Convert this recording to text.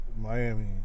Miami